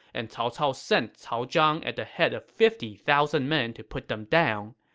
and cao cao sent cao zhang at the head of fifty thousand men to put them down.